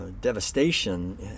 devastation